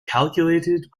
calculated